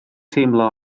teimlo